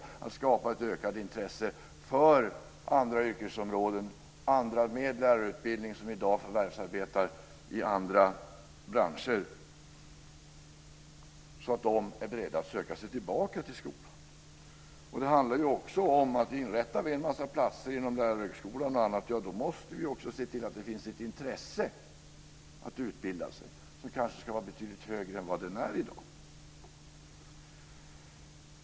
Det gäller att skapa ett ökat intresse hos människor med lärarutbildning som i dag förvärvsarbetar inom andra yrkesområden och branscher att söka sig tillbaka till skolan. Om vi inrättar en mängd platser inom lärarhögskolan osv. handlar det också om att vi måste se till att det finns ett intresse att utbilda sig, som kanske ska vara betydligt större än i dag.